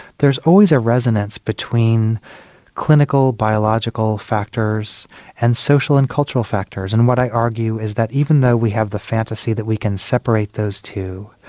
there's always a resonance between clinical biological factors and social and cultural factors. and what i argue is that even though we have the fantasy that we can separate those two,